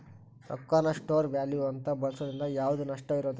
ರೊಕ್ಕಾನ store value ಅಂತ ಬಳ್ಸೋದ್ರಿಂದ ಯಾವ್ದ್ ನಷ್ಟ ಇರೋದಿಲ್ಲ